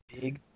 Big